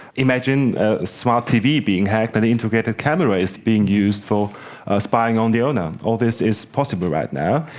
imagine a smart tv being hacked, an integrated camera is being used for spying on the owner. all this is possible right now.